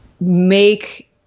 make